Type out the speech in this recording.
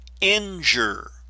injure